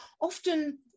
often